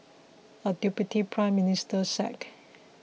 a deputy Prime Minister sacked